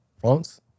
France